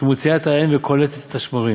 שהיא מוציאה את היין וקולטת את השמרים,